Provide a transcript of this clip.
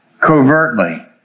covertly